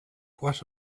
what